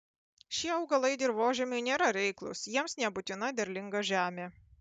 šie augalai dirvožemiui nėra reiklūs jiems nebūtina derlinga žemė